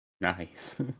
Nice